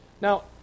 Now